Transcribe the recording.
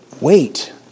wait